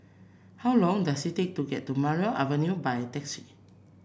how long does it take to get to Maria Avenue by taxi